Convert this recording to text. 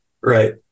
Right